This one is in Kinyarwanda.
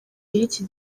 y’iki